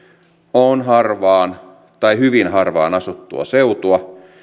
on harvaan tai hyvin harvaan asuttua seutua